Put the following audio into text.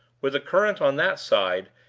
with the current on that side,